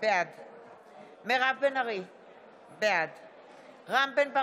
אשר מעוגן בהחלטת ממשלה,